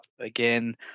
again